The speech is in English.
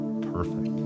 perfect